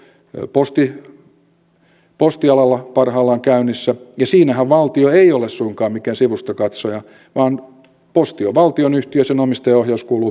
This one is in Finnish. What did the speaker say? meillä on erittäin vaikea lakko postialalla parhaillaan käynnissä ja siinähän valtio ei ole suinkaan mikään sivustakatsoja vaan posti on valtionyhtiö sen omistajaohjaus kuuluu pääministerille